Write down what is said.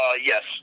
Yes